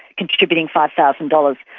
contributing five thousand dollars.